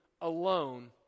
alone